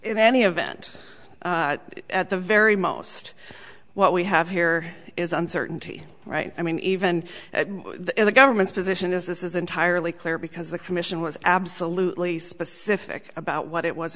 in any event at the very most what we have here is uncertainty right i mean even the government's position is this is entirely clear because the commission was absolutely specific about what it was